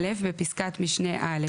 והבנייה 89. (4) (א) (2) בפסקה (16) בפסקת משנה (א)